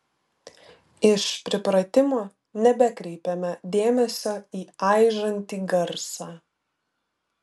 iš pripratimo nebekreipėme dėmesio į aižantį garsą